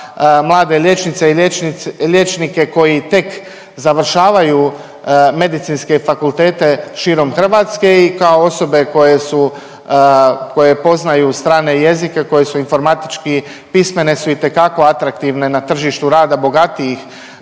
mlade liječnice i liječnike koji tek završavaju medicinske fakultete širom Hrvatske i kao osobe koje su, koje poznaju strane jezike, koje su informatički pismene su itekako atraktivne na tržištu rada bogatijih